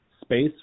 space